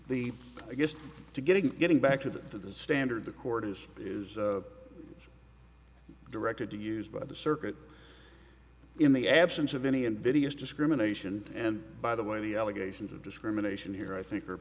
the biggest to getting getting back to the to the standard the court is is directed to use by the circuit in the absence of any invidious discrimination and by the way the allegations of discrimination here i think are